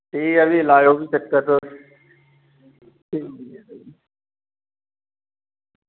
ठीक ऐ फ्ही लाएओ फ्ही चक्कर तुस